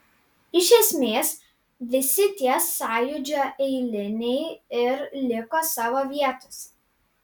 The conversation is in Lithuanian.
iš esmės visi tie sąjūdžio eiliniai ir liko savo vietose